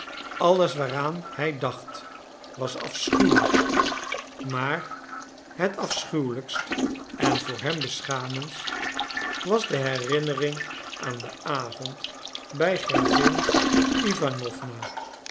alles waaraan hij dacht was afschuwelijk maar het afschuwelijkst en voor hem beschamendst was de herinnering aan den avond by gravin iwanowna